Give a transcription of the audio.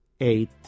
eight